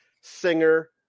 singer